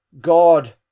God